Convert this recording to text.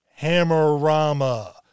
Hammerama